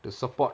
to support